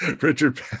Richard